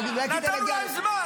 נתנו להם זמן,